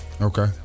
Okay